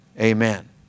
Amen